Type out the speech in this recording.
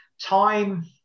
Time